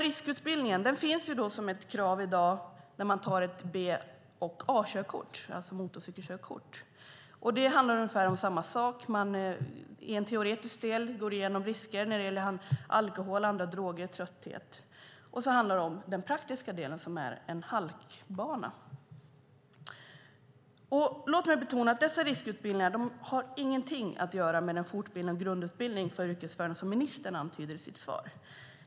Riskutbildningen finns som ett krav i dag när man tar A-körkort, det vill säga för motorcykel, och B-körkort. Det handlar ungefär om samma sak. En teoretisk del går igenom risker när det gäller alkohol och andra droger och trötthet. Så handlar det om den praktiska delen som är en halkbana. Låt mig betona att dessa riskutbildningar inte har någonting att göra med den fortbildning och grundutbildning för yrkesförare som ministern talar om i sitt svar.